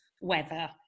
weather